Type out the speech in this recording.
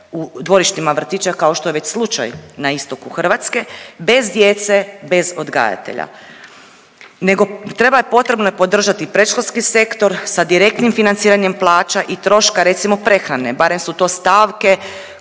u dvorištima vrtića kao što je već slučaj na Istoku Hrvatske bez djece, bez odgajatelja nego treba potrebno je podržati predškolski sektor sa direktnim financiranjem plaća i troška recimo prehrane, barem su to stavke